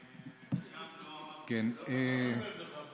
מצאה חן בעיניך הבדיחה.